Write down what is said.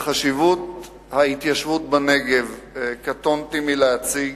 את חשיבות ההתיישבות בנגב קטונתי מלהציג,